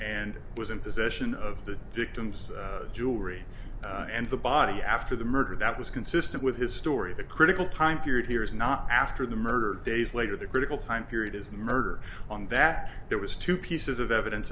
and was in possession of the victim's jewelry and the body after the murder that was consistent with his story the critical time period here is not after the murder days later the critical time period is murder on that there was two pieces of evidence